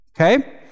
Okay